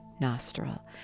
nostril